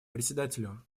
председателю